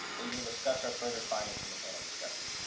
we will discuss our further findings in the panel discussion.